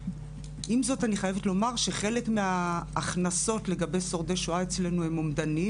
עם זאת אני חייבת לומר שחלק מההכנסות לגבי שורדי שואה אצלנו הם אומדניים